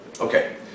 Okay